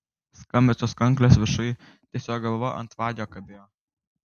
skambiosios kanklės viršuj ties jo galva ant vagio kabėjo